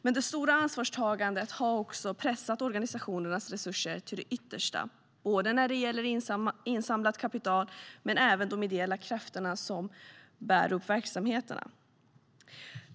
Men det stora ansvarstagandet har också pressat organisationernas resurser till det yttersta när det gäller insamlat kapital men även de ideella krafterna som bär upp verksamheterna.